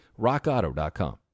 Rockauto.com